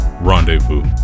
rendezvous